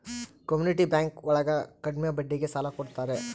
community bank ಒಳಗ ಕಡ್ಮೆ ಬಡ್ಡಿಗೆ ಸಾಲ ಕೊಡ್ತಾರೆ